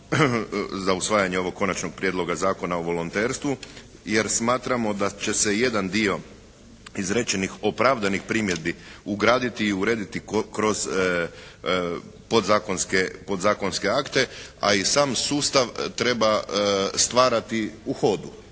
za usvajanje ovog Konačnog prijedloga Zakona o volonterstvu, jer smatramo da će se jedan dio izrečenih opravdanih primjedbi ugraditi i urediti kroz podzakonske akte, a i sam sustav treba stvarati u hodu.